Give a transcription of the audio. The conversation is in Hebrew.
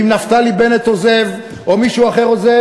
אם נפתלי בנט עוזב או מישהו אחר עוזב,